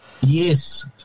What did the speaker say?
yes